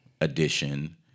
edition